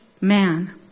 man